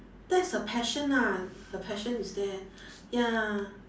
that's her passion ah her passion is there ya